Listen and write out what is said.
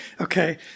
okay